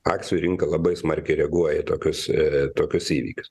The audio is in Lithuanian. akcijų rinka labai smarkiai reaguoja į tokius tokius įvykius